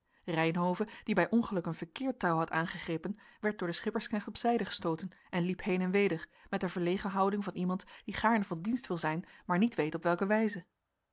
reynhove die bij ongeluk een verkeerd touw had aangegrepen werd door den schippersknecht op zijde gestooten en liep heen en weder met de verlegen houding van iemand die gaarne van dienst wil zijn maar niet weet op welke wijze